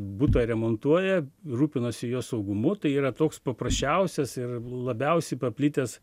butą remontuoja rūpinasi jo saugumu tai yra toks paprasčiausias ir labiausiai paplitęs